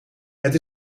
het